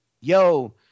Yo